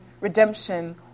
redemption